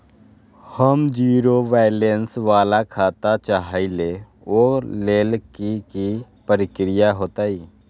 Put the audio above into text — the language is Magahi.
हम जीरो बैलेंस वाला खाता चाहइले वो लेल की की प्रक्रिया होतई?